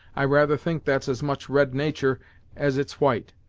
i rather think that's as much red natur' as it's white.